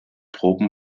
tropen